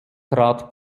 trat